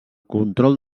control